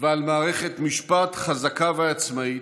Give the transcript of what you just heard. ועל מערכת משפט חזקה ועצמאית,